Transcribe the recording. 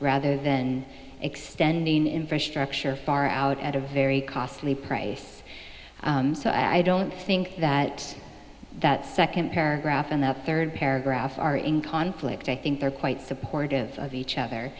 rather than extending infrastructure far out at a very costly price so i don't think that that second paragraph and the third paragraph are in conflict i think they're quite supportive of each other